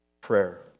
prayer